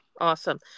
Awesome